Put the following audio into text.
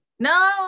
No